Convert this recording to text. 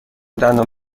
دندان